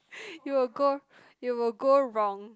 it will go it will go wrong